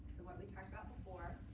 so what we talked about before.